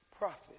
prophet